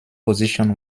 position